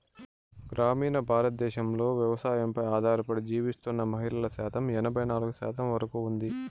గ్రామీణ భారతదేశంలో వ్యవసాయంపై ఆధారపడి జీవిస్తున్న మహిళల శాతం ఎనబై నాలుగు శాతం వరకు ఉంది